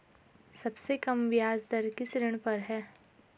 सबसे कम ब्याज दर किस ऋण पर है?